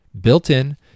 built-in